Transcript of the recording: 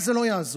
זה לא יעזור.